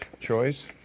choice